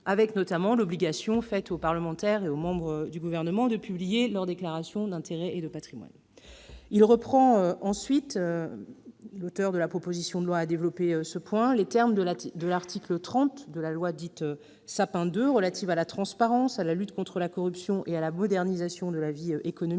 avec notamment l'obligation faite aux parlementaires et aux membres du Gouvernement de publier leurs déclarations d'intérêts et de patrimoine. Il reprend ensuite les termes de l'article 30 de la loi relative à la transparence, à la lutte contre la corruption et à la modernisation de la vie économique,